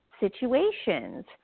situations